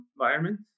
environment